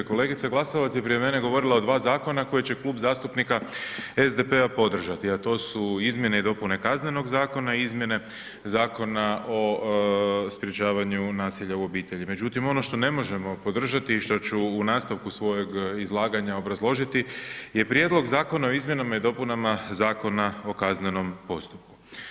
Kolegica Glasovac je prije mene govorila o dva zakona koji će Klub zastupnika SDP-a podržati a to su izmjene i dopune Kaznenog zakona i izmjene Zakona o sprječavanju nasilja u obitelji međutim ono što ne možemo podržati i što ću u nastavku svojeg izlaganja obrazložiti je Prijedlog zakona o izmjenama i dopunama Zakona o kaznenom postupku.